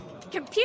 computer